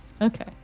okay